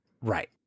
Right